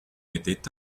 était